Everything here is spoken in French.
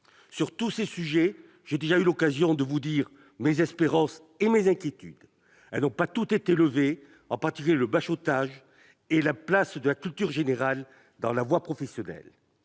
Sur tous ces sujets, j'ai déjà eu l'occasion de vous dire mes espérances et mes inquiétudes. Ces dernières n'ont pas toutes été levées, en particulier sur le bachotage et sur la place de la culture générale dans la voie professionnelle.